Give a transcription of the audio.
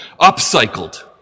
upcycled